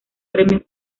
premios